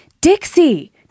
Dixie